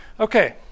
Okay